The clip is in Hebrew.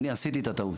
אני עשיתי את הטעות,